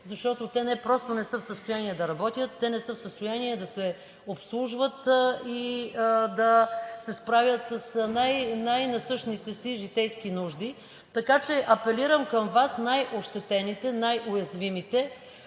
защото те просто не са в състояние да работят, не са в състояние да се обслужват и да се справят с най-насъщните си житейски нужди. Апелирам към Вас, най-ощетените, най-уязвимите